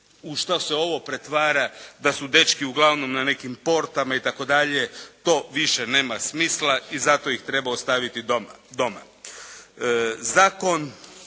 u što se ovo pretvara da su dečki uglavnom na nekim portama itd., to više nema smisla i zato ih treba ostaviti doma. Zakon